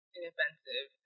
inoffensive